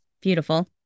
beautiful